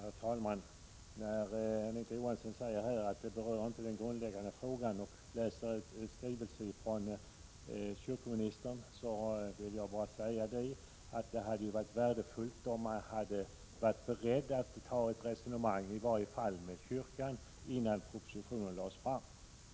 Herr talman! Anita Johansson säger att den här diskussionen inte berör den grundläggande frågan och läser ur en skrivelse från kyrkoministern. Det hade varit värdefullt om denne hade varit beredd att ta upp ett resonemang i varje fall med kyrkan innan propositionen lades fram.